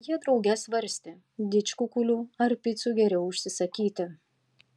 jie drauge svarstė didžkukulių ar picų geriau užsisakyti